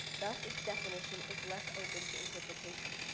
thus its definition is less open to interpretation.